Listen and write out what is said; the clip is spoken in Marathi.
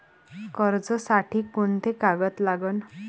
कर्जसाठी कोंते कागद लागन?